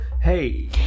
Hey